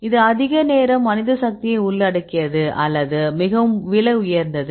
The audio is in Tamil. இது அதிக நேரம் மனித சக்தியை உள்ளடக்கியது அல்லது அது மிகவும் விலை உயர்ந்தது